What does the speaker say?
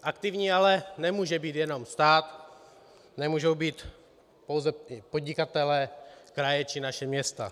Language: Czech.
Ale aktivní nemůže být jenom stát, nemohou být pouze podnikatelé, kraje či naše města.